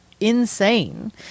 insane